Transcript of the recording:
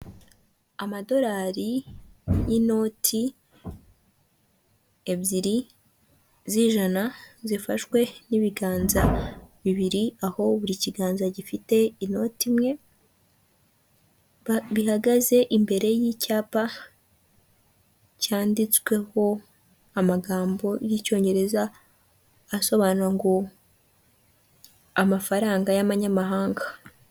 Amadolari y'inoti ebyiri z'ijana zifashwe n'ibiganza bibiri aho buri kiganza gifite inoti imwe, bihagaze imbere y'icyapa cyanditsweho amagambo y'icyongereza asobanura ngo amafaranga y'amanyamahanga.